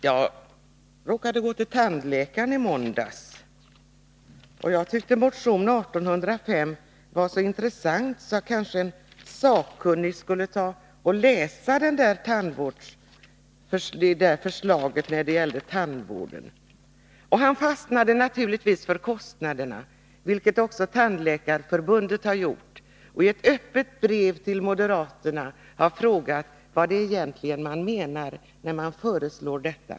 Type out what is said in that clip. Jag råkade gå till tandläkaren i måndags, och jag tyckte motion 1805 var så intressant att en sakkunnig kanske borde läsa förslaget om tandvården. Min tandläkare fastnade naturligtvis för kostnaderna, vilket också Tandläkarförbundet har gjort, som i ett öppet brev till moderaterna har frågat vad de egentligen menar när de föreslår detta.